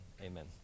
Amen